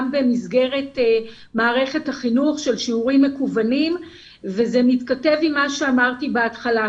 במסגרת מערכת החינוך של שיעורים מקוונים וזה מתכתב עם מה שאמרתי בהתחלה.